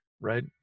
Right